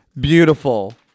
beautiful